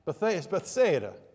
Bethsaida